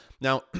Now